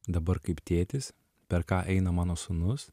dabar kaip tėtis per ką eina mano sūnus